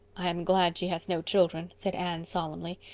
i am glad she has no children, said anne solemnly.